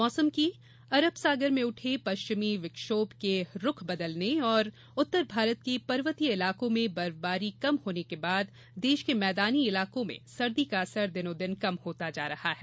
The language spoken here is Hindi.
मौसम अरब सागर में उठे पश्चिमी विक्षोभ के रुख बदलने और उत्तर भारत के पर्वतीय इलाकों में बर्फबारी कम होने के बाद देश के मैदानी इलाकों में सर्दी का असर दिनो दिन कम होता जा रहा है